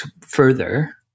further